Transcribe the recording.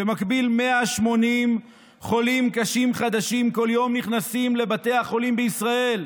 ובמקביל 180 חולים קשים חדשים כל יום נכנסים לבתי החולים בישראל.